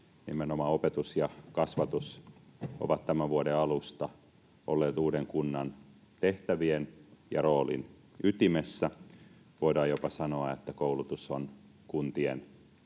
nimenomaan opetus ja kasvatus ovat tämän vuoden alusta olleet uuden kunnan tehtävien ja roolin ytimessä. Voidaan jopa sanoa, että koulutus on kuntien